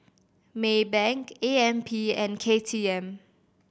Maybank A M P and K T M